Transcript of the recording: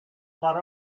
thought